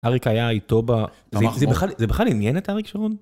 אריק היה איתו ב... זה בכלל עניין את אריק שרון?